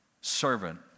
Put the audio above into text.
servant